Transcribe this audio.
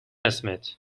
اسمت